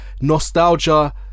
Nostalgia